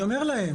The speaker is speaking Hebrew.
אני אומר להם,